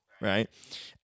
Right